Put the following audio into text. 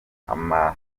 amatongo